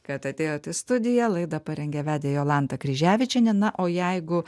kad atėjot į studiją laidą parengė vedė jolanta kryževičienė na o jeigu